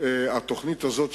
התוכנית הזאת,